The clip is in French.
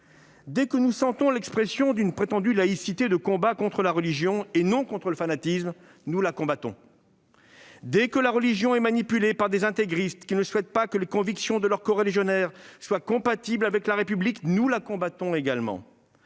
Dès que nous sentons l'expression d'une prétendue laïcité de combat contre la religion et non contre le fanatisme, nous la combattons. Dès que la religion est manipulée par des intégristes qui ne souhaitent pas que les convictions de leurs coreligionnaires soient compatibles avec la République, nous combattons également